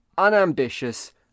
unambitious